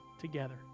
together